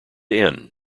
inn